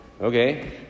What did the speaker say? okay